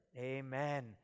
Amen